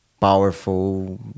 powerful